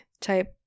type